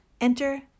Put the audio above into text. Enter